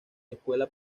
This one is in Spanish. escuela